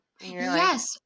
Yes